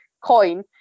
coin